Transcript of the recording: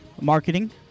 marketing